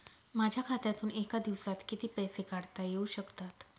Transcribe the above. माझ्या खात्यातून एका दिवसात किती पैसे काढता येऊ शकतात?